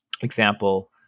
example